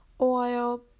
oil